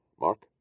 mark